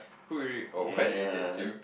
who irri~ oh what irritates you